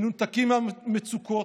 מנותקים מהמצוקות,